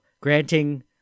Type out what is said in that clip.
granting